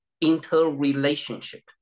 interrelationship